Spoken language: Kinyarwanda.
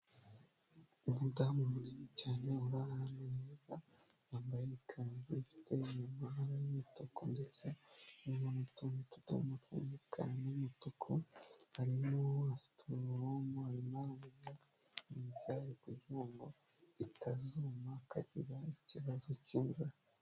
Umudamu munini cyane uri ahantu heza. Yambaye ikanzu ifite inyuma h'umutuku ndetse irimo utundi tudomo tw'umukara n'umutuku. Harimo afite ipombo arimo aravomera imibyari kugira ngo itazuma akagira ikibazo k'inzara.